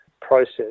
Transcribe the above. process